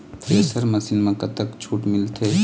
Thresher machine म कतक छूट मिलथे?